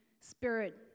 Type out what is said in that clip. spirit